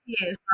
yes